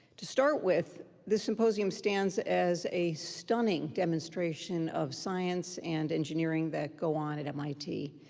to start with, this symposium stands as a stunning demonstration of science and engineering that go on at mit.